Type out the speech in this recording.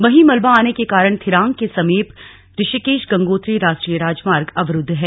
वहीं मलबा आने के कारण थिरांग के समीप ऋषिकेश गंगोत्री राष्ट्रीय राजमार्ग अवरूद्व है